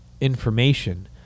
information